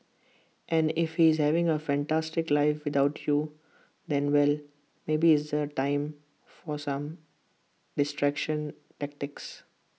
and if he's having A fantastic life without you then well maybe it's A time for some distraction tactics